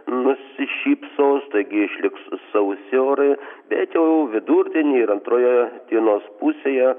nusišypsos taigi išliks sausi orai bet jau vidurdienį ir antroje dienos pusėje